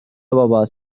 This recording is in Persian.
بابات